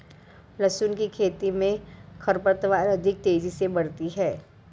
लहसुन की खेती मे खरपतवार अधिक तेजी से बढ़ती है